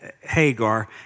Hagar